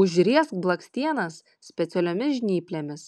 užriesk blakstienas specialiomis žnyplėmis